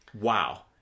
Wow